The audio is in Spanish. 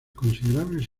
considerables